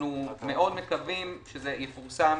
אנחנו מאוד מקווים שזה יפורסם